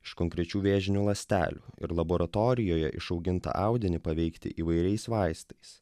iš konkrečių vėžinių ląstelių ir laboratorijoje išauginta audinį paveikti įvairiais vaistais